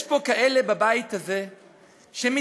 יש פה כאלה בבית הזה שמתגעגעים